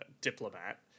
diplomat